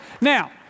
Now